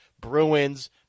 Bruins